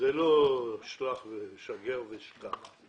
זה לא שגר ושכח,